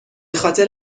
خاطر